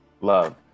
Love